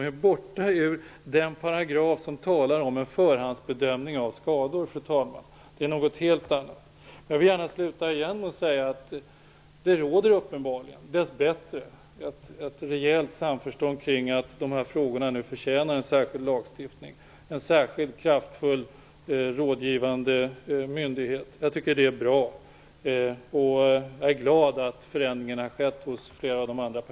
De är borta från den paragraf som talar om en förhandsbedömning av skador. Det är något helt annat. Jag vill gärna sluta med att säga att det dess bättre råder ett rejält samförstånd kring att de här frågorna nu förtjänar en särskilt lagstiftning och en särskild, kraftfull rådgivande myndighet. Det är bra. Jag är glad över att flera av de andra partierna har ändrat sig.